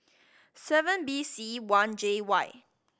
seven B C one J Y